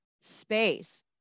space